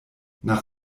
nach